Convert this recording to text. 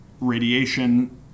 radiation